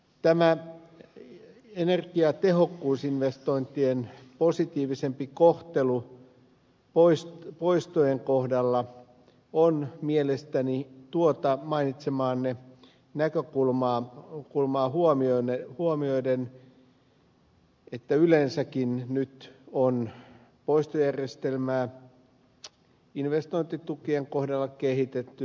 tämä energiatehokkuusinvestointien positiivisempi kohtelu poistojen kohdalla on mielestäni perusteltu huomioiden mainitsemanne näkökulman että yleensäkin nyt on poistojärjestelmää investointitukien kohdalla kehitetty